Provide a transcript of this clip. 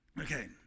Okay